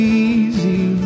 easy